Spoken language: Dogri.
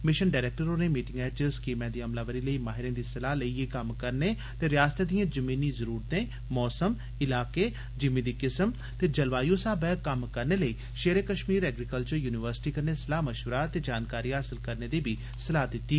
मिशन डरैक्टर होरें मिटिंगै च स्कीमै दी अमलावरी लेई माहिरें दी सलाह लेइयै कम्म करने ते रयासतै दियें जमीनी जरुरतें मौसम इलाके जिमी दी किस्म ते जलवाय् साब्बै कम्म करने लेई शेर ए कश्मीर एग्रीकल्चर युनिवर्सिटी कन्नै सलाह मश्वरा ते जानकारी हासल करने दी बी सलाह दिती